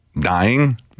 dying